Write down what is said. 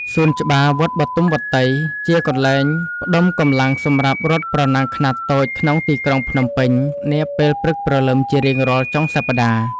សួនច្បារវត្តបទុមវត្តី ជាកន្លែងផ្ដុំកម្លាំងសម្រាប់អ្នករត់ប្រណាំងខ្នាតតូចក្នុងទីក្រុងភ្នំពេញនាពេលព្រឹកព្រលឹមជារៀងរាល់ចុងសប្តាហ៍។